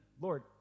Lord